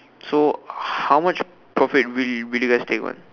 so how much profit will you guys take one